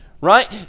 Right